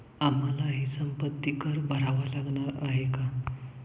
आम्हालाही संपत्ती कर भरावा लागणार आहे का?